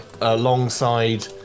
alongside